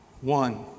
one